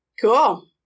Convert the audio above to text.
Cool